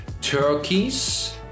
turkeys